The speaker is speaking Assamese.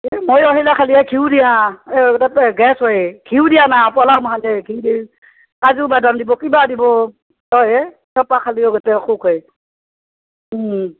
এই মইও সেইগিলা খালি ঘিউ দিয়া এই গেছ হয় ঘিউ দিয়া না পোলাও মখা যে ঘি দি কাজু বাদাম দিব কিবা দিব হয় অ' হে সেই সোপা খালেও গ'তে অসুখ হয়